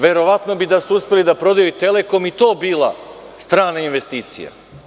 Verovatno bi, da su uspeli da prodaju „Telekom“, i to bila strana investicija.